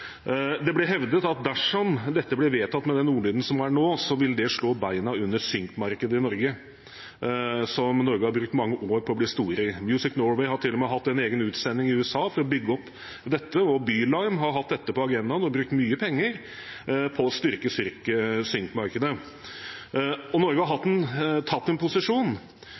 Det ble hevdet at dersom dette blir vedtatt med den ordlyden som er nå, vil det slå beina under synk-markedet i Norge, som Norge har brukt mange år på å bli store i. Music Norway har til og med hatt en egen utsending i USA for å bygge opp dette, og by:Larm har hatt dette på agendaen og brukt mye penger på å styrke synk-markedet. Norge har tatt en posisjon.